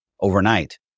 Overnight